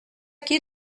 qui